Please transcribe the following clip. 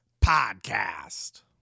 Podcast